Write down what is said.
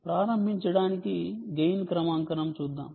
ప్రారంభించడానికి గెయిన్ క్రమాంకనం చూద్దాం